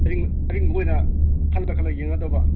ꯑꯔꯤꯡꯕ ꯑꯣꯏꯅ ꯈꯜꯂ ꯈꯜꯂ ꯌꯦꯡꯒꯗꯕ